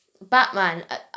Batman